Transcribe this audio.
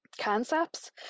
concepts